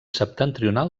septentrional